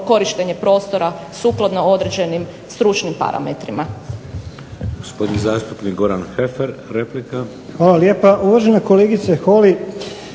korištenje prostora sukladno određenim stručnim parametrima.